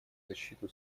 защиту